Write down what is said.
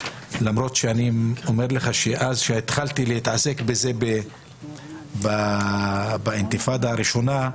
למרות שכאשר התחלתי להתעסק עם האינתיפאדה הראשונה,